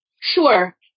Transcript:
Sure